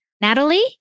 Natalie